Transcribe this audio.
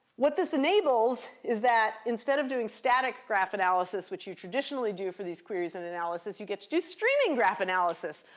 what this enables is that instead of doing static graph analysis, which you traditionally do for these queries and analysis, you get to do streaming graph analysis.